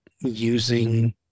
using